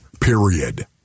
period